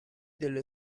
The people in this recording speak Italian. delle